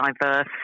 diverse